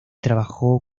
trabajó